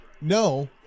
no